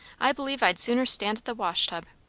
i believe i'd sooner stand at the wash-tub.